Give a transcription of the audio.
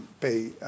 pay